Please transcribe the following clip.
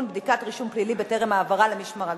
בדיקת רישום פלילי בטרם העברה למשמר הגבול),